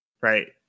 Right